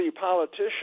politician